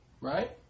Right